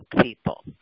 people